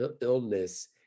illness